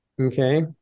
Okay